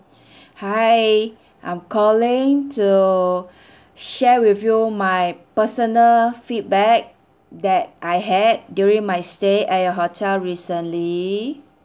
hi I'm calling to share with you my personal feedback that I had during my stay at your hotel recently